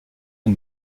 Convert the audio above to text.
est